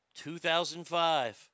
2005